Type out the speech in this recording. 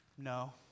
No